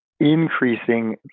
increasing